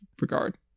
regard